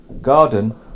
Garden